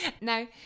now